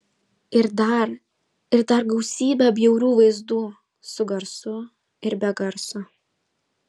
ir dar ir dar gausybę bjaurių vaizdų su garsu ir be garso